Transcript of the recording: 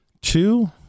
Two